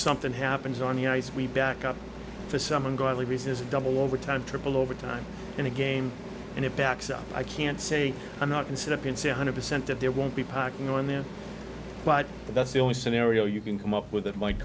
something happens on the ice we back up for some ungodly reason is a double overtime triple overtime in a game and it backs up i can't say i'm not considered can say one hundred percent that there won't be parking on there but that's the only scenario you can come up with that might